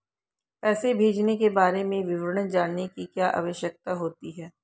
पैसे भेजने के बारे में विवरण जानने की क्या आवश्यकता होती है?